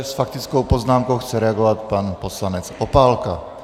S faktickou poznámkou chce reagovat pan poslanec Opálka.